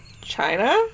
China